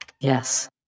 Yes